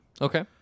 Okay